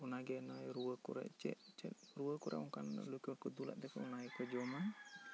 ᱚᱱᱟ ᱜᱮ ᱱᱚᱣᱟ ᱨᱩᱣᱟᱹ ᱠᱚ ᱨᱮ ᱪᱮᱫ ᱪᱮᱫ ᱨᱩᱣᱟᱹ ᱠᱚ ᱨᱮ ᱚᱱᱠᱟᱱ ᱞᱮᱠᱩᱣᱮᱴ ᱠᱚ ᱫᱩᱞ ᱟᱠᱚ ᱛᱮ ᱚᱱᱟ ᱜᱮ ᱠᱚ ᱡᱚᱢᱟ